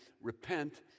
Repent